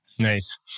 Nice